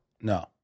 No